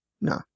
No